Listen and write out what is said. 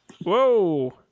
Whoa